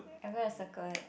I'm gonna circle it